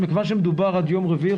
מכיוון שמדובר עד יום רביעי,